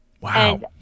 Wow